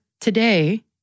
today